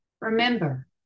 Remember